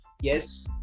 yes